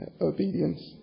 obedience